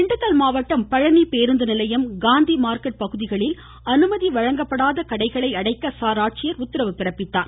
திண்டுக்கல் மாவட்டம் பழனி பேருந்து நிலையம் காந்தி மார்க்கெட் பகுதிகளில் அனுமதி வழங்கப்படாத கடைகளை அடைக்க சார் ஆட்சியர் உத்தரவு பிறப்பித்தார்